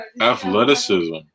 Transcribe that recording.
athleticism